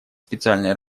специальной